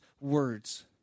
words